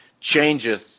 changeth